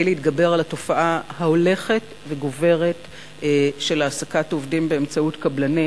להתגבר על התופעה ההולכת וגוברת של העסקת עובדים באמצעות קבלנים.